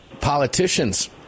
Politicians